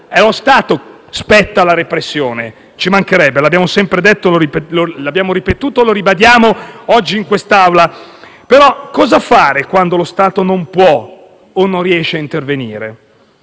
allo Stato che spetta la repressione: ci mancherebbe. L'abbiamo sempre detto, lo abbiamo ripetuto e lo ribadiamo oggi in questa Assemblea. Ma cosa fare quando lo Stato non può o non riesce a intervenire?